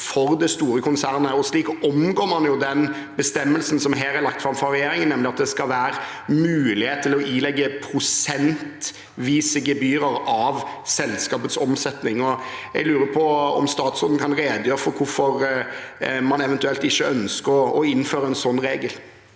for det store konsernet. Sånn omgår man den bestemmelsen som her er lagt fram fra regjeringen, nemlig at det skal være mulighet til å ilegge prosentvise gebyrer av selskapets omsetning. Jeg lurer på om statsråden kan redegjøre for hvorfor man eventuelt ikke ønsker å innføre en sånn regel?